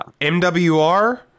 MWR